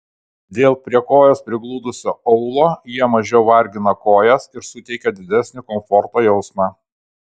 dėl prie kojos prigludusio aulo jie mažiau vargina kojas ir suteikia didesnį komforto jausmą